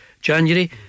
January